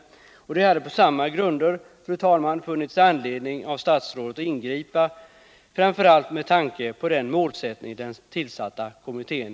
Det hade på samma grunder funnits anledning för statsrådet att ingripa, framför allt med tanke på den målsättning den tillsatta kommittén